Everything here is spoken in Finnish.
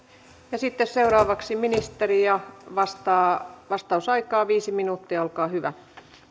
sitten seuraavaksi ministeri ja vastausaikaa viisi minuuttia olkaa hyvä